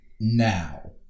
now